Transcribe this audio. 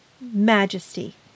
majesty